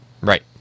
Right